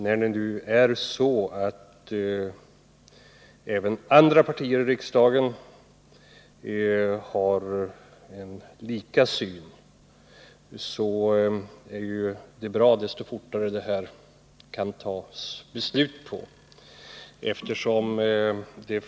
När nu även andra partier i riksdagen har en likadan syn är det bra ju fortare man kan fatta ett beslut.